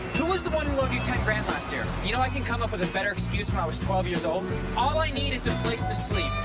who was the one who loaned you ten grand last year? you know i could come up with a better excuse when i was twelve years old. all i need is a place to sleep.